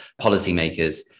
policymakers